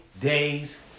days